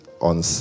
On